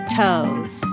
toes